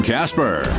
Casper